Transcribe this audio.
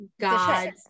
God's